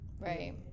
right